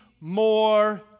more